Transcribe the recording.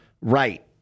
right